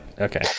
okay